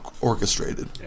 orchestrated